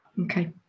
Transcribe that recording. Okay